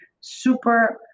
super